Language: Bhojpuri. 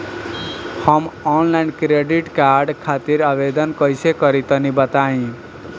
हम आनलाइन क्रेडिट कार्ड खातिर आवेदन कइसे करि तनि बताई?